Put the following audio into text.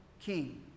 king